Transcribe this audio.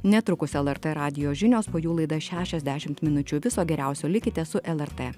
netrukus lrt radijo žinios po jų laida šešiasdešimt minučių viso geriausio likite su lrt